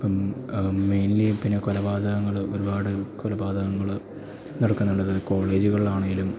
ഇപ്പം മെയ്ൻലി പിന്നെ കൊലപാതകങ്ങൾ ഒരുപാട് കൊലപാതകങ്ങൾ നടക്കുന്നുണ്ട് അത് കോളേജ്കളിൽ ആണേലും